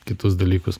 kitus dalykus